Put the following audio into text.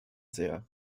sehr